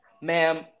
Ma'am